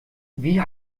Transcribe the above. wie